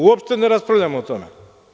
Uopšte ne raspravljamo o tome.